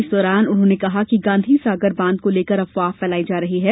इस दौरान उन्होंने कहा कि गांधी सागर बांध को लेकर अफवाह फैलाई जा रही है